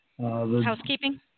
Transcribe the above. housekeeping